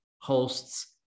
hosts